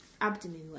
abdomen